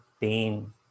pain